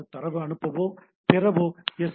அது தரவு அனுப்பவோ பெறவோ எஸ்